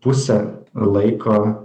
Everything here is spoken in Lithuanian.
pusę laiko